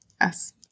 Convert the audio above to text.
yes